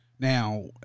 Now